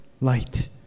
light